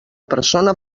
persona